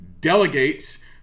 delegates